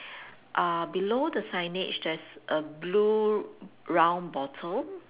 uh below the signage there's a blue round bottle